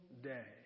day